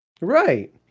Right